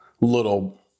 little